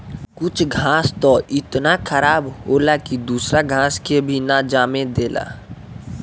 कुछ घास त इतना खराब होला की दूसरा घास के भी ना जामे देला